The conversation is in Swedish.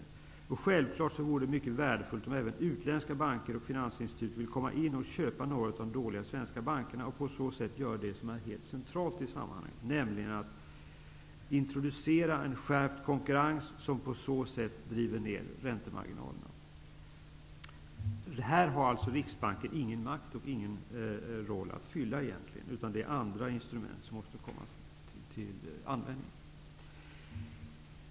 Det är självfallet mycket värdefullt om även utländska banker och finansinstitut vill komma in och köpa några av de dåliga svenska bankerna och på så sätt göra det som är helt centralt i sammanhanget, nämligen att introducera en skärpt konkurrens som driver ner räntemarginalerna. Här har Riksbanken ingen makt och ingen roll att spela egentligen. Det är andra instrument som måste komma till användning.